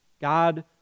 God